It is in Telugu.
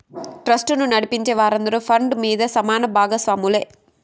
ట్రస్టును నడిపించే వారందరూ ఫండ్ మీద సమాన బాగస్వాములే